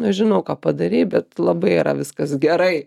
nežinau ką padarei bet labai yra viskas gerai